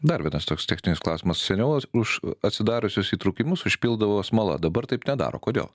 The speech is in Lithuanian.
dar vienas toks techninis klausimas seniau už atsidariusius įtrūkimus užpildavo smala dabar taip nedaro kodėl